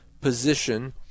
position